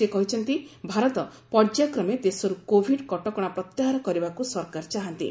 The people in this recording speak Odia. ସେ କହିଛନ୍ତି ଭାରତ ପର୍ଯ୍ୟାୟ କ୍ରମେ ଦେଶରୁ କୋଭିଡ୍ କଟକଣା ପ୍ରତ୍ୟାହାର କରିବାକୁ ସରକାର ଚାହାନ୍ତି